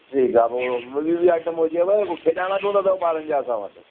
ठीकु आहे पोइ कोई बि आइटम हुजेव हो खेडण जो बि अथव ॿारनि जा असां वटि